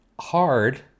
hard